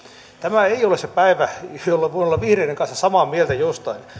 tämä ei ole se päivä jolloin voi olla vihreiden kanssa samaa mieltä jostain